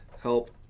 help